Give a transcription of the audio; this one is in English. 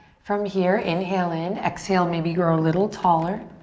from here, inhale in. exhale, maybe grow a little taller.